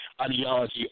ideology